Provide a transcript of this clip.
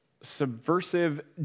subversive